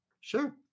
sure